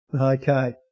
okay